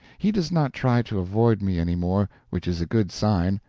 he does not try to avoid me any more, which is a good sign,